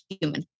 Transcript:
human